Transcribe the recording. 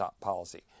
policy